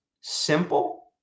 simple